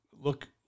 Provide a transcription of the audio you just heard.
look